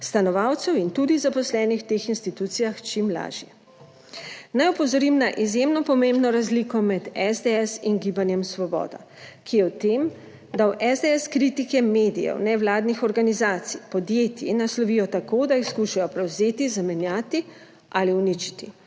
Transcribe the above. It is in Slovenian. stanovalcev in tudi zaposlenih v teh institucijah čim lažje. Naj opozorim na izjemno pomembno razliko med SDS in gibanjem Svoboda, ki je v tem, da v SDS kritike medijev, nevladnih organizacij, podjetij naslovijo tako, da jih skušajo prevzeti, zamenjati ali uničiti.